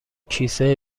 کیسه